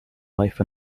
life